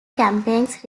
campaigns